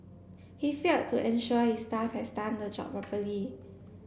he failed to ensure his staff has done the job properly